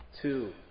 Two